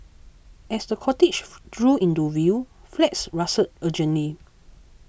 as the cortege drew into view flags rustled urgently